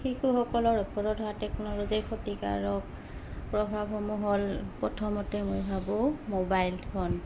শিশুসকলৰ ওপৰত হোৱা টেকন'ল'জিৰ ক্ষতিকাৰক প্ৰভাৱসমূহ হ'ল প্ৰথমতে মই ভাবোঁ মোবাইল ফোন